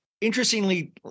Interestingly